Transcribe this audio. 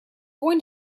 going